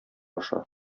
аша